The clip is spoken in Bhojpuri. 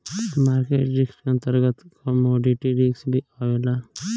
मार्केट रिस्क के अंतर्गत कमोडिटी रिस्क भी आवेला